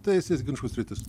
teisės ginčų sritis